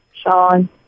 Sean